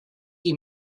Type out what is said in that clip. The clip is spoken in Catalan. qui